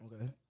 Okay